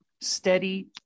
steady